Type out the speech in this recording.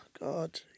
God